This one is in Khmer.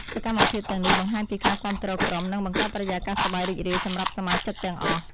សកម្មភាពទាំងនេះបង្ហាញពីការគាំទ្រក្រុម និងបង្កើតបរិយាកាសសប្បាយរីករាយសម្រាប់សមាជិកទាំងអស់។